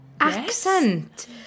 accent